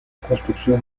construcción